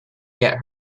get